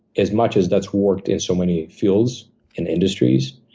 as much as that's worked in so many fields and industries,